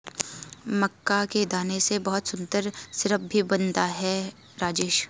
मक्का के दाने से बहुत सुंदर सिरप भी बनता है राजेश